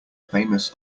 famous